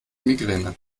migräne